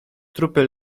trupy